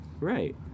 Right